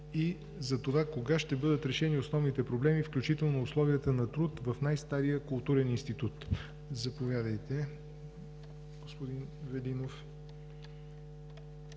и за това, кога ще бъдат решени основните проблеми, включително условията на труд в най-стария културен институт? Заповядайте, господин Велинов.